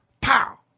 Pow